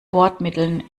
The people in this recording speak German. bordmitteln